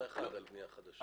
5.1 על בנייה חדשה.